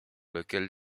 lequel